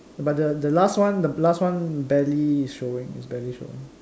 but the the last one the last one barely showing it's barely showing